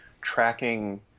tracking